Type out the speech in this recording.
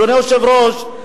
אדוני היושב-ראש,